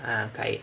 ah கை:kai